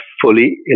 fully